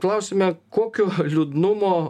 klausėme kokio liūdnumo